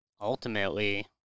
ultimately